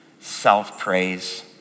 self-praise